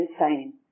insane